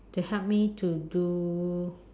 to help me to do